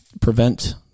prevent